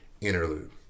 interlude